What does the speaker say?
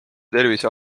tervise